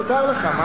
מותר לך.